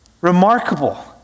remarkable